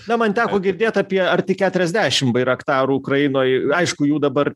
na man teko girdėt apie arti keturiasdešim bairaktarų ukrainoj aišku jų dabar